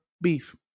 beef